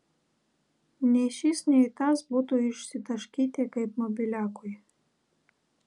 nei šis nei tas būtų išsitaškyti kaip mobiliakui